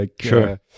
Sure